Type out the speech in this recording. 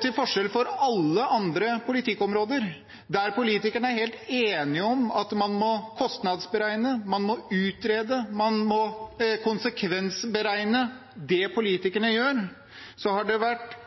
Til forskjell fra alle andre politikkområder der politikerne er helt enige om at man må kostnadsberegne, man må utrede, man må konsekvensberegne det politikerne gjør, har det vært